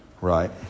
Right